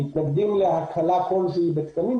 מתנגדים להקלה כלשהי בתקנים,